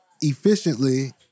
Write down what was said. efficiently